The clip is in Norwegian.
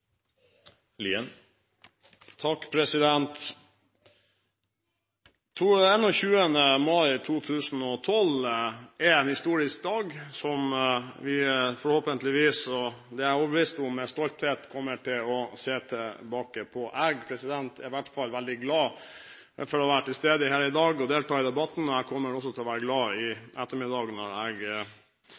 en historisk dag, som vi forhåpentligvis – og det er jeg overbevist om – med stolthet kommer til å se tilbake på. Jeg er i hvert fall veldig glad for å være til stede her i dag og delta i debatten, og jeg kommer også til å være glad i ettermiddag når jeg